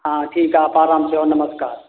हाँ ठीक आप आराम से आओ नमस्कार